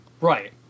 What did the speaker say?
right